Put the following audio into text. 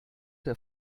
der